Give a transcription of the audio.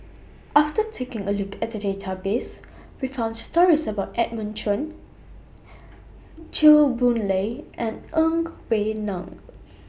after taking A Look At The Database We found stories about Edmund Chen Chew Boon Lay and Ng Wei Neng